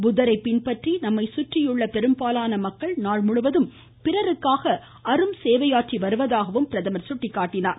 புத்தரை பின்பற்றி நம்மை சுற்றியுள்ள பெரும்பாலான மக்கள் நாள்முழுவதும் பிறருக்காக அரும் சேவை ஆற்றிவருவதாக பிரதமர் சுட்டிக்காட்டினார்